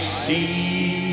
see